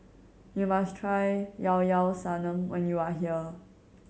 you must try Llao Llao Sanum when you are here